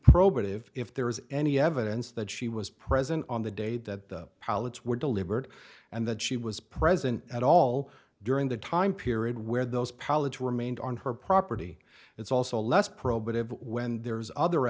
probative if there is any evidence that she was present on the day that the pallets were delivered and that she was present at all during the time period where those palatal remained on her property it's also less probative when there is other